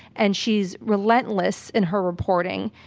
and she's relentless in her reporting.